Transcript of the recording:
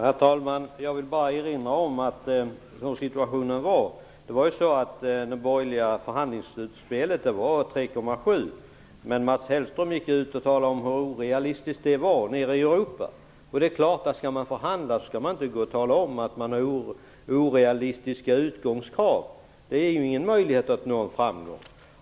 Herr talman! Jag vill bara erinra om hur situationen var. Det borgerliga förhandlingsutspelet var 3,7 miljoner ton, men Mats Hellström sade att det var orealistiskt nere i Europa. När man förhandlar skall man ju inte tala om att man har orealistiska utgångskrav. Det ger ingen möjlighet att nå framgång.